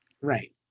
Right